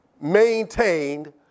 maintained